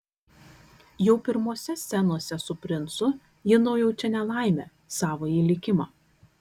jau pirmose scenose su princu ji nujaučia nelaimę savąjį likimą